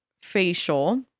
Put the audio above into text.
facial